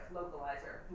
localizer